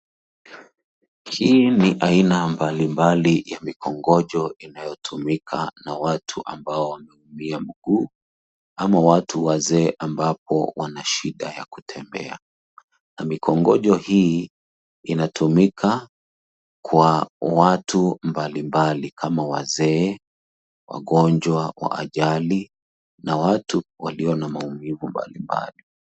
Hii ni aina mbalimbali ya mikongojo inayotumika na watu ambao wameumia mguu, ama watu wazee ambapo wanashida ya kutembea. Na mikongojo hii inatumika kwa watu mbalimbali kama wazee, wagonjwa, wa ajali, na watu walio na maumivu mbalimbali.